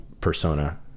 persona